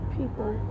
people